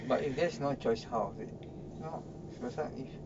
but if there's no choice how rasa if